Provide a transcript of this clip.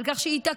על כך שהתעקשנו.